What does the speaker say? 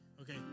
okay